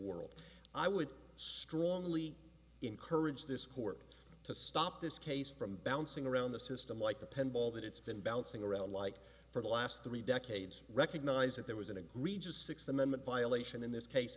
world i would strongly encourage this court to stop this case from bouncing around the system like the pen ball that it's been bouncing around like for the last three decades recognize that there was an egregious sixth amendment violation in this case